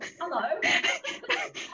Hello